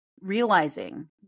realizing